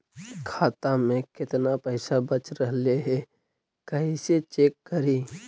खाता में केतना पैसा बच रहले हे कैसे चेक करी?